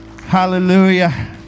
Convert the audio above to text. Hallelujah